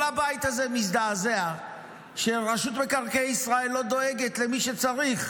כל הבית הזה מזדעזע שרשות מקרקעי ישראל לא דואגת למי שצריך.